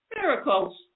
Miracles